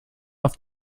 auf